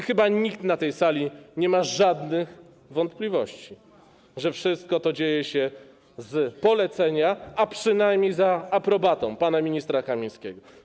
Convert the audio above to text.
Chyba nikt na tej sali nie ma żadnych wątpliwości, że wszystko to dzieje się z polecenia, a przynajmniej za aprobatą pana ministra Kamińskiego.